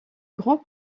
grands